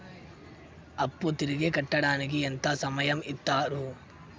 అప్పు తిరిగి కట్టడానికి ఎంత సమయం ఇత్తరు?